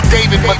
David